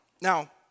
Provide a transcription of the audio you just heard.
Now